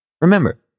Remember